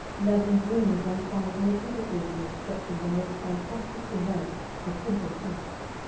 and as in dreams one finds no difficulty in accepting the most fantastic events as simple facts,